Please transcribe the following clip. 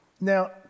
Now